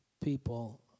people